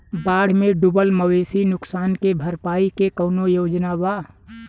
बाढ़ में डुबल मवेशी नुकसान के भरपाई के कौनो योजना वा?